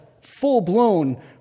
full-blown